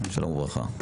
שלום וברכה.